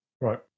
right